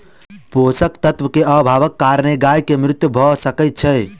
पोषक तत्व के अभावक कारणेँ गाय के मृत्यु भअ सकै छै